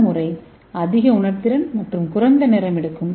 இந்த முறை அதிக உணர்திறன் மற்றும் குறைந்த நேரம் எடுக்கும்